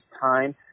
time